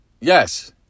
yes